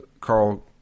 Carl